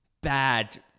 bad